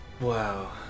Wow